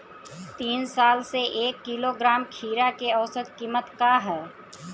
तीन साल से एक किलोग्राम खीरा के औसत किमत का ह?